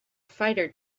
fighter